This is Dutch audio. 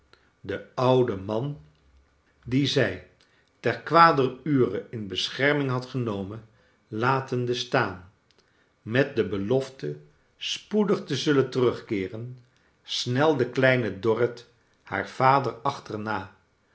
den ouden man dien zij ter kwader ure in bescherming had genomen latende staan met de belofte spoedig te zullen terugkeeren snelde kleine dorrit haar vader achterna